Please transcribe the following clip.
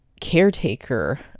caretaker